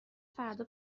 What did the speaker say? فردا